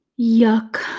yuck